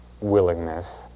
willingness